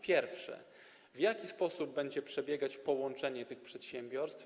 Pierwsze: W jaki sposób będzie przebiegać połączenie tych dwóch przedsiębiorstw?